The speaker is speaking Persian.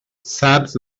سبز